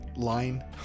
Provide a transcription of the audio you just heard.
Line